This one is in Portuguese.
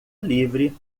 livre